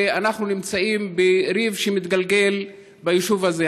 ואנחנו נמצאים בריב מתגלגל ביישוב הזה.